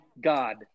god